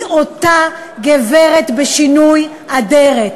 היא אותה גברת בשינוי אדרת,